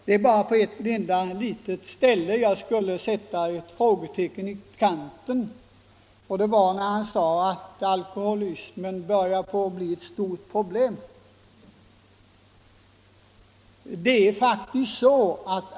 Det är bara på ett enda litet ställe jag skulle vilja sätta ett frågetecken i kanten, nämligen när han sade att alkoholism börjar bli vår stora folksjukdom.